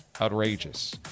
Outrageous